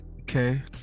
Okay